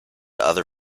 other